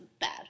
bad